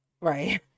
Right